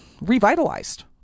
revitalized